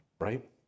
right